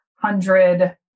hundred